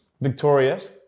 victorious